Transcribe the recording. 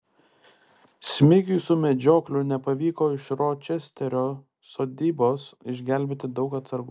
smigiui su medžiokliu nepavyko iš ročesterio sodybos išgelbėti daug atsargų